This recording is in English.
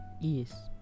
Yes